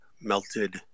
melted